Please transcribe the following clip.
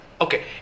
Okay